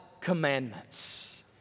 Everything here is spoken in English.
commandments